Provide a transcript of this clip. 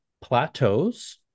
plateaus